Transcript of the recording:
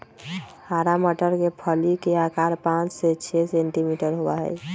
हरा मटर के फली के आकार पाँच से छे सेंटीमीटर होबा हई